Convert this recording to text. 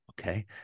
Okay